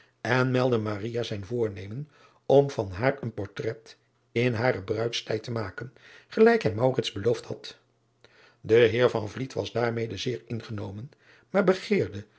en meldde zijn voornemen om van haar een portrait in haren bruidstijd te maken gelijk hij beloofd had e eer was daarmede zeer ingenomen maar begeerde